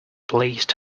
pleased